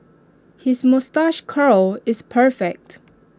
his moustache curl is perfect